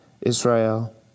Israel